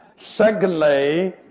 Secondly